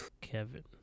Kevin